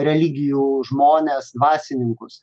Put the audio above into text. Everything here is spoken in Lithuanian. religijų žmones dvasininkus